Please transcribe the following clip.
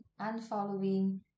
unfollowing